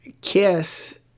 Kiss